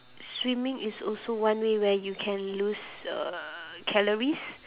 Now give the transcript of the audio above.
swimming is also one way where you can lose uh calories